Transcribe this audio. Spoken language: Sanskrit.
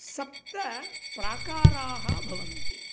सप्त प्राकाराः भवन्ति